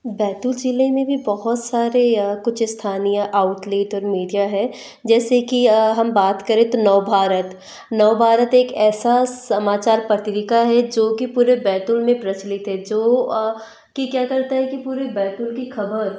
बैतुल ज़िले में भी बहुत सारे कुछ स्थानीय आउटलेट और मीडिया जैसे कि हम बात करें तो नव भारत नव भारत एक ऐसी समाचार पत्रिका है जो कि पूरे बैतुल में प्रचलित है जो कि क्या करता है कि पूरी बैतुल की ख़बर